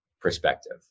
perspective